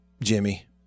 Jimmy